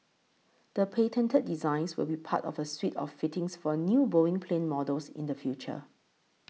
the patented designs will be part of a suite of fittings for new Boeing plane models in the future